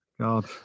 God